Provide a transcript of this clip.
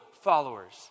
followers